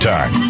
Time